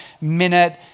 minute